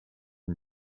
and